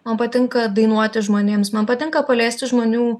man patinka dainuoti žmonėms man patinka paliesti žmonių